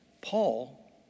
Paul